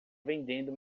vendendo